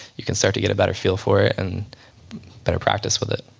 you can start to get a better feel for it and better practice with it